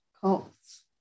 cults